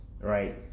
Right